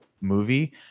movie